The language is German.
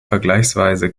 vergleichsweise